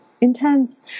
intense